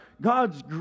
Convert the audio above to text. God's